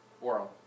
world